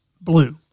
Blue